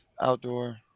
outdoor